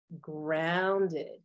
grounded